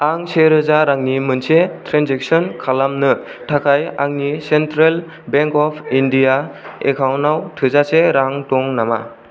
आं से रोजा रांनि मोनसे ट्रेनजेक्सन खालामनो थाखाय आंनि सेन्ट्रेल बेंक अफ इण्डिया एकाउन्टाव थोजासे रां दं नामा